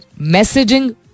messaging